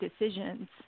decisions